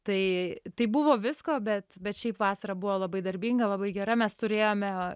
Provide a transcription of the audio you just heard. tai tai buvo visko bet bet šiaip vasara buvo labai darbinga labai gera mes turėjome